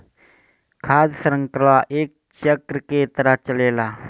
खाद्य शृंखला एक चक्र के तरह चलेला